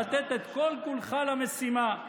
לתת את כל-כולך למשימה.